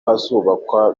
hazubakwa